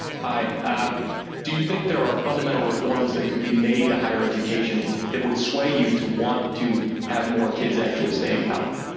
um do you think there are fundamental reforms that could be made to higher education that would sway you to want to have more kids actually stay in college?